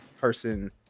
person